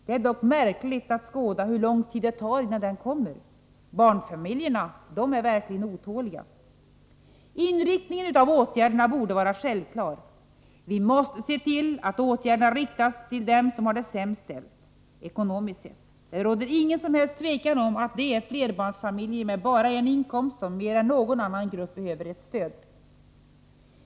Det är dock märkligt att skåda hur lång tid det tar innan de kommer. Barnfamiljerna är verkligen otåliga. Inriktningen av åtgärderna borde vara självklar. Vi måste se till att åtgärderna inriktas på dem som har det ekonomiskt sämst ställt. Det råder inget som helst tvivel om att det är flerbarnsfamiljer med bara en inkomst som mer än någon annan grupp behöver ett stöd.